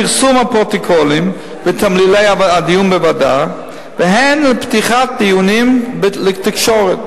פרסום הפרוטוקולים ותמלילי הדיון בוועדה והן לפתיחת דיונים לתקשורת.